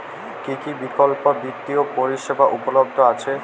কী কী বিকল্প বিত্তীয় পরিষেবা উপলব্ধ আছে?